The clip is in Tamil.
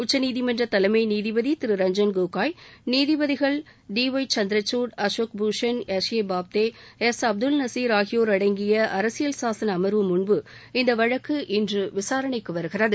உச்சநீதிமன்ற தலைமை நீதிபதி திரு ரஞ்சன் கோகாய் நீதிபதிகள் D Y Chandrachud Ashok Bhushan S A Bobde S Abdul Nazeer ஆகியோர் அடங்கிய அரசியல் சாசன அமர்வு முன்பு இந்த வழக்கு இன்று விசாரணைக்கு வருகிறது